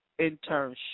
Internship